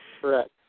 Correct